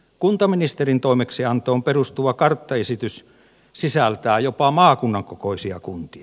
kuntaministerin toimeksiantoon perustuva karttaesitys sisältää jopa maakunnan kokoisia kuntia